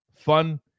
Fun